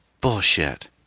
Bullshit